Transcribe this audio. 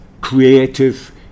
creative